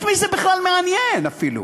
את מי זה בכלל מעניין אפילו?